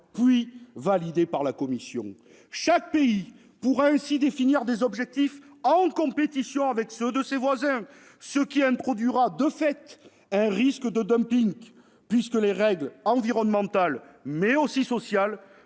puis validés par la Commission. Chaque pays pourra ainsi définir des objectifs en compétition avec ceux de ses voisins, ce qui introduira de fait un risque de dumping puisque les règles environnementales, mais aussi sociales,